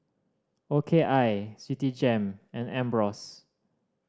O K I Citigem and Ambros